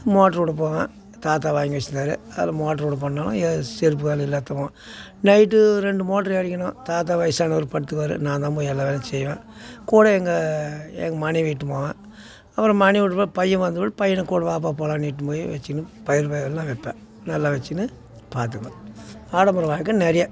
motor விட போவேன் தாத்தா வாங்கி வச்சிருந்தாரு அதில் மோட்டரு விட போகணும் ஏது செருப்பு இல்லை எல்லாத்துக்கும் நைட் ரெண்டு மோட்டரு இறைக்கணும் தாத்தா வயசானவர் படுத்துக்குவார் நான் தான் போய் எல்லா வேலையும் செய்வேன் கூட எங்கள் எங்கள் மனைவி இட்டுகினு போவேன் அப்புறம் மனைவியோடய பையன் வந்தபிறகு பையனை கூட வாப்பா போகலாம்னு இட்டுகினு போய் வச்சினு பயிர் வெ எல்லாம் வைப்பேன் எல்லாம் வெச்சிகினு பார்த்துப்பேன் ஆடம்பர வாழ்க்கை நிறையா